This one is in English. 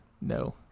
no